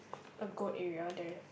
a goat area there're